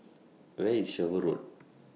Where IS Sherwood Road